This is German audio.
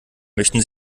möchten